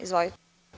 Izvolite.